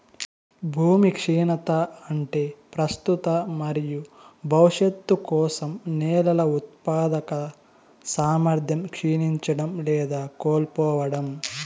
భూమి క్షీణత అంటే ప్రస్తుత మరియు భవిష్యత్తు కోసం నేలల ఉత్పాదక సామర్థ్యం క్షీణించడం లేదా కోల్పోవడం